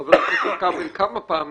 חבר הכנסת כבל כמה פעמים,